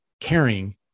caring